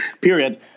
period